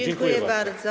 Dziękuję bardzo.